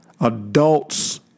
Adults